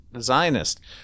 Zionist